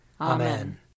Amen